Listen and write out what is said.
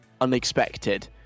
unexpected